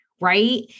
right